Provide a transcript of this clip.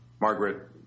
Margaret